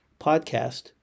podcast